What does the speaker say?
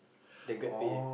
than Grabpay